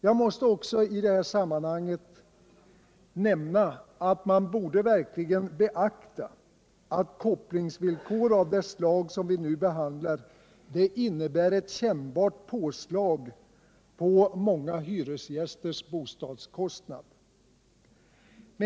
Man måste också i detta sammanhang beakta att kopplingsvillkor av det slag som vi nu behandlar innebär ett kännbart påslag på många hyresgästers bostadskostnader.